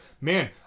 Man